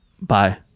Bye